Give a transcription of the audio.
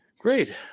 Great